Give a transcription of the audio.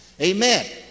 Amen